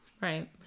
Right